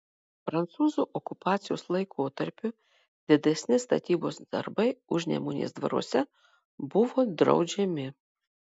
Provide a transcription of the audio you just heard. prancūzų okupacijos laikotarpiu didesni statybos darbai užnemunės dvaruose buvo draudžiami